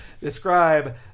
describe